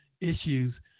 issues